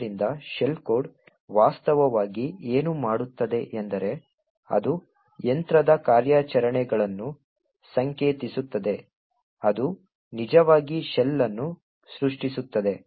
ಆದ್ದರಿಂದ shell code ವಾಸ್ತವವಾಗಿ ಏನು ಮಾಡುತ್ತದೆ ಎಂದರೆ ಅದು ಯಂತ್ರದ ಕಾರ್ಯಾಚರಣೆಗಳನ್ನು ಸಂಕೇತಿಸುತ್ತದೆ ಅದು ನಿಜವಾಗಿ ಶೆಲ್ ಅನ್ನು ಸೃಷ್ಟಿಸುತ್ತದೆ